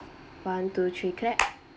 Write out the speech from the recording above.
one two three clap